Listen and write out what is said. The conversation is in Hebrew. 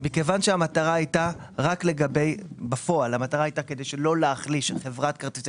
מכיוון שבפועל המטרה הייתה כדי לא להחליש את חברת כרטיסי